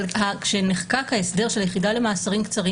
אבל כשנחקק ההסדר של היחידה למאסרים קצרים